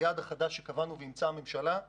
10%. היעד שקבענו ואימצה הממשלה הוא